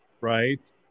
right